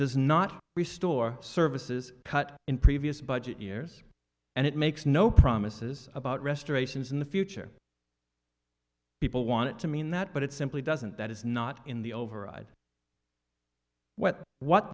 does not resort services cut in previous budget years and it makes no promises about restorations in the future people want to mean that but it simply doesn't that is not in the override what what